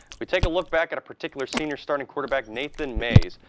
we take a look back at a particular senior starting quarterback, nathan mays,